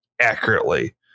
accurately